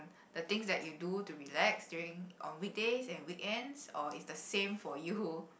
the things that you do to relax during on weekdays and weekends or is the same for you